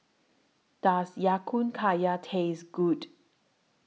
Does Ya Kun Kaya Taste Good